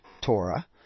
Torah